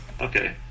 Okay